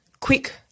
quick